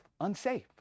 unsafe